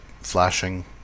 flashing